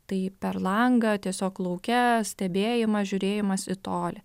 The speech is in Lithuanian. tai per langą tiesiog lauke stebėjimas žiūrėjimas į tolį